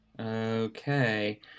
Okay